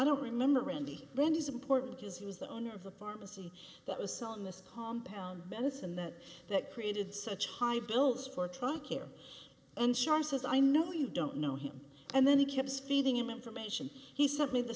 don't remember randy when is important because he was the owner of the pharmacy that was selling this home pound bennis and that that created such high bills for traquair insurance as i know you don't know him and then he keeps feeding him information he sent me the